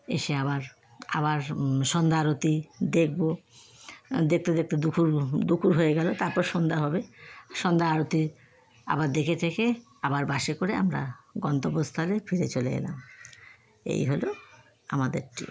এসে আবার আবার সন্ধ্যা আরতি দেখব দেখতে দেখতে দুপুর দুপুর হয়ে গেল তারপর সন্ধ্যা হবে সন্ধ্যা আরতি আবার দেখে টেখে আবার বাসে করে আমরা গন্তব্যস্থলে ফিরে চলে এলাম এই হল আমাদের ট্রিপ